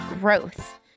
growth